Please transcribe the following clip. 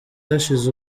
hashize